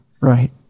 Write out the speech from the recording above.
Right